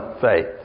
faith